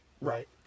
Right